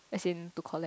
as in to collect